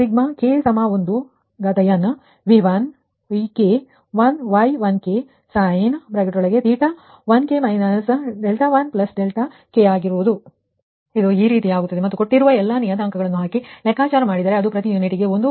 Q1k1nV1Vk|Y1k|sin θ1k 1k ಇದು ಈ ರೀತಿಯಾಗುತ್ತದೆ ಮತ್ತು ನೀವು ಕೊಟ್ಟಿರುವ ಎಲ್ಲಾ ನಿಯತಾಂಕಗಳನ್ನು ಹಾಕಿ ಲೆಕ್ಕಾಚಾರ ಮಾಡಿದರೆ ಅದು ಪ್ರತಿ ಯೂನಿಟ್ಗೆ 1